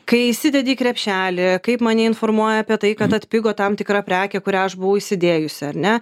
kai įsidedi į krepšelį kaip mane informuoja apie tai kad atpigo tam tikra prekė kurią aš buvau įsidėjusi ar ne